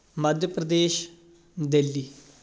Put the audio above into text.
Madhya Pradesh Delhi